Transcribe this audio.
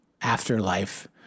afterlife